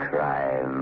Crime